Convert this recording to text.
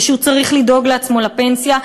והוא צריך לדאוג לעצמו לפנסיה,